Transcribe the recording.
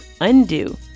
undo